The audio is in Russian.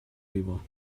его